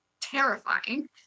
terrifying